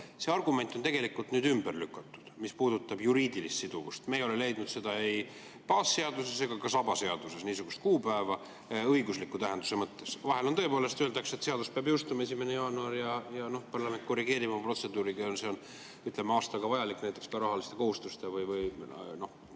See argument on tegelikult nüüd ümber lükatud, mis puudutab juriidilist siduvust – me ei ole leidnud ei baasseaduses ega ka sabaseaduses niisugust kuupäeva õigusliku tähenduse mõttes. Vahel tõepoolest öeldakse, et seadus peab jõustuma 1. jaanuaril ja parlament korrigeerib oma protseduuriga, ütleme, see on vajalik näiteks rahaliste kohustuste või